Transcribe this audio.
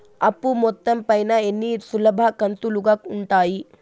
అప్పు మొత్తం పైన ఎన్ని సులభ కంతులుగా ఉంటాయి?